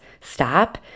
stop